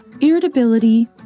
irritability